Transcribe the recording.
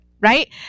Right